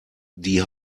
die